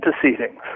proceedings